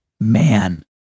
man